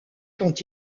quand